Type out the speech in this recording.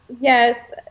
Yes